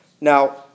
Now